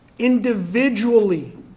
individually